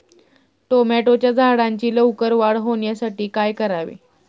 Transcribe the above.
टोमॅटोच्या झाडांची लवकर वाढ होण्यासाठी काय करावे?